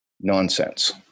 nonsense